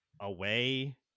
away